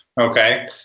Okay